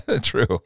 true